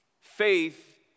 Faith